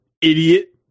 Idiot